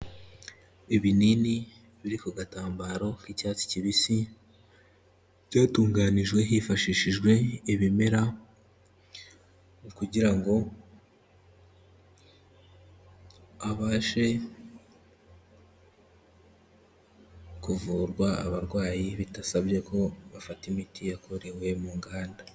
Ibinini biri ku gatambaro k'icyatsi kibisi, byatunganijwe hifashishijwe ibimera kugira ngo habashe kuvurwa abarwayi bidasabye ko bafata imiti yakorewe mu nganda.